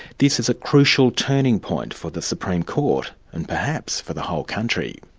this is a crucial turning point for the supreme court and perhaps for the whole country.